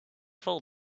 full